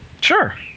Sure